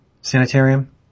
sanitarium